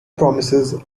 promises